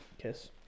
Kiss